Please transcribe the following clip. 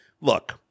Look